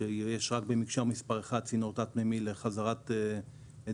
שיש רק במקשר מספר 1 צינור תת-מימי לחזרת אדים,